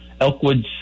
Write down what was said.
Elkwoods